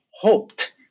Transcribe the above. hoped